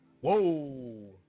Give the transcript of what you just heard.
Whoa